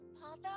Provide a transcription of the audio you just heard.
Father